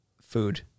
food